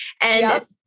And-